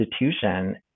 institution